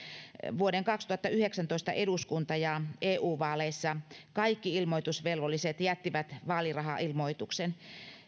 vuoden kaksituhattayhdeksäntoista eduskunta ja eu vaaleissa kaikki ilmoitusvelvolliset jättivät vaalirahailmoituksen